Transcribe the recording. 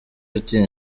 ati